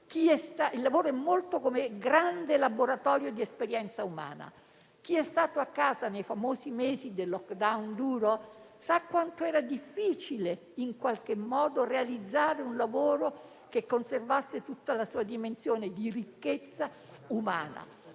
Il lavoro significa molto, come grande laboratorio di esperienza umana. Chi è stato a casa nei famosi mesi del *lockdown* duro sa quanto era difficile realizzare un lavoro che conservasse tutta la sua dimensione di ricchezza umana,